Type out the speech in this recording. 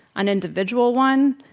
an individual one,